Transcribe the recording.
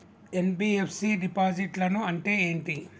NBFC డిపాజిట్లను అంటే ఏంటి?